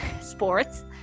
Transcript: sports